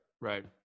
Right